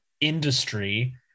industry